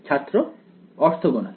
ছাত্র অর্থগণাল